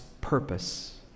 purpose